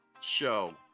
show